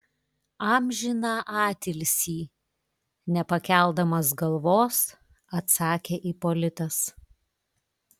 amžiną atilsį nepakeldamas galvos atsakė ipolitas